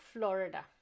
Florida